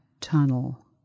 Tunnel